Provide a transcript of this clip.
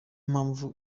mpamvu